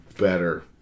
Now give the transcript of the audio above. better